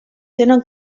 tenen